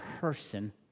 person